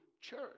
church